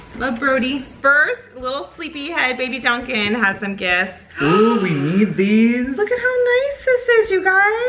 love, brody. first, little sleepy head baby duncan has some gifts. ooh we need these. look at how nice this is you guys.